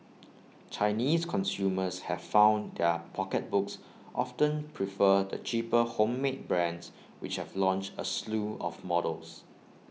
Chinese consumers have found their pocketbooks often prefer the cheaper homemade brands which have launched A slew of models